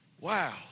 Wow